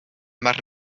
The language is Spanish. mar